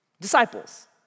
Disciples